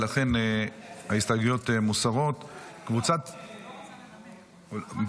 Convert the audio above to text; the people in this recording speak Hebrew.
ולכן ההסתייגויות מוסרות --- הוא לא רוצה לנמק --- סליחה,